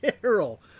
Carol